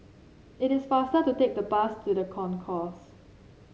it is faster to take the bus to The Concourse